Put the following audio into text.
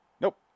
Nope